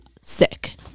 sick